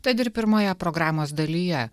tad ir pirmoje programos dalyje